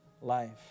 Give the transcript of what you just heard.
life